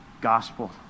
gospel